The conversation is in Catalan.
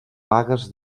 vagues